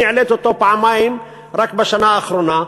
אני העליתי אותו פעמיים רק בשנה האחרונה.